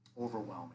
overwhelming